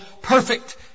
perfect